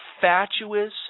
fatuous